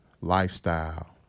lifestyle